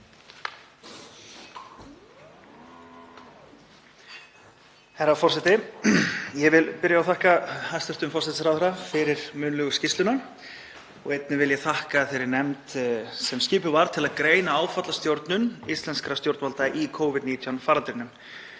Herra forseti. Ég vil byrja á að þakka hæstv. forsætisráðherra fyrir munnlegu skýrsluna. Einnig vil ég þakka þeirri nefnd sem skipuð var til að greina áfallastjórnun íslenskra stjórnvalda í Covid-19 faraldrinum.